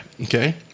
Okay